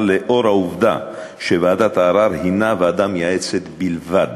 בשל העובדה שוועדת הערר הנה ועדה מייעצת בלבד.